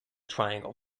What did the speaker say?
triangle